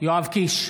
יואב קיש,